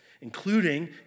including